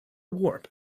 warp